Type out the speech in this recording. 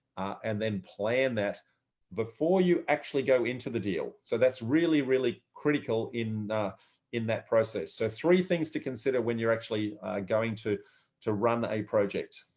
and then plan that before you actually go into the deal. so that's really, really critical in in that process. so three things to consider when you're actually going to to run a project.